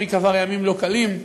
ואריק עבר ימים לא קלים.